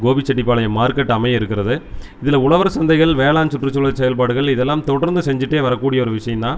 Gobichettipalayam market அமைய இருக்கிறது இதில் உழவர் சந்தைகள் வேளாண் சுற்றுசூழல் செயல்பாடுகள் இதெல்லாம் தொடர்ந்து செஞ்சிட்டே வரக்கூடிய ஒரு விஷயம் தான்